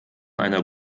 einer